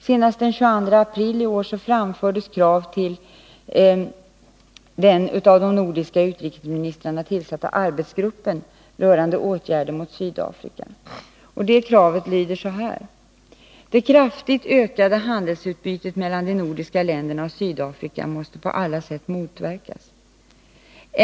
Senast den 22 april i år framfördes krav till den av de nordiska utrikesministrarna tillsatta arbetsgruppen rörande åtgärder mot Sydafrika. Det kravet lyder så här: ”Det kraftigt ökade handelsutbytet mellan de nordiska lenderna och Sydafrika måste på alla sett motverkas.